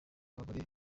abagore